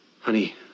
honey